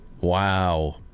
wow